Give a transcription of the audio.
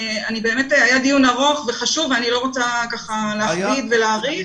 היה דיון ארוך וחשוב ואני לא רוצה להכביד ולהאריך.